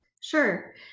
Sure